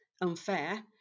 unfair